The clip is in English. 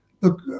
look